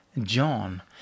John